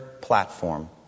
platform